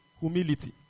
Humility